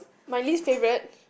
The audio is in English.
my least favourite